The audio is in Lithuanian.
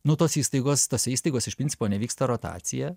nu tos įstaigos tose įstaigose iš principo nevyksta rotacija